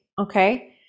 okay